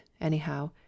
anyhow